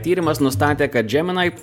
tyrimas nustatė kad džeminai